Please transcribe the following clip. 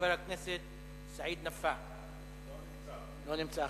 חבר הכנסת סעיד נפאע, לא נמצא.